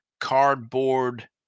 cardboard